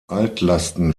altlasten